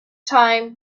time